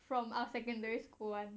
from our secondary school [one]